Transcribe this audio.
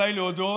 עליי להודות